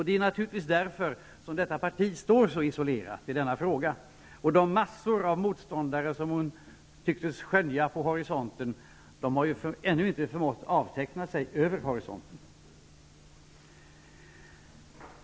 Det är naturligtvis därför detta parti står så isolerat i denna fråga. De mängder av motståndare som Gudrun Schyman tyckte sig skönja vid horisonten har ännu inte förmått avteckna sig över horisonten.